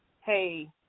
hey